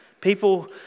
People